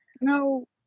No